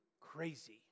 Crazy